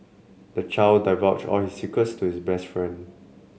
the child divulged all his secrets to his best friend